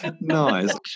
Nice